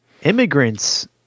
immigrants